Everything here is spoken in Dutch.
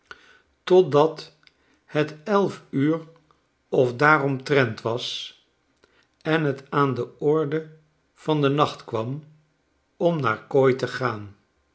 totdat het elf uur of daaromtrent was en het aan de orde van den nacht kwam om naar kooi te gaan